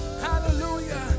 Hallelujah